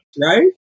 Right